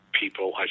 people